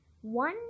One